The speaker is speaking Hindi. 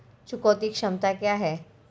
चुकौती क्षमता क्या है?